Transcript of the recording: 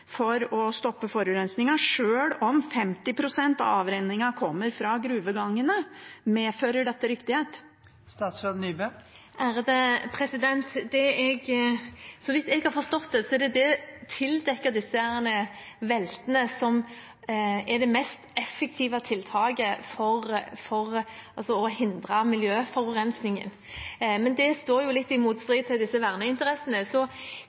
for å stoppe forurensingen, sjøl om 50 pst. av avrenningen kommer fra gruvegangene. Medfører dette riktighet? Så vidt jeg har forstått, er det å tildekke disse veltene det som er det mest effektive tiltaket for å hindre miljøforurensingen, men det står jo litt i motstrid til verneinteressene, så